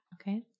Okay